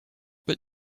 but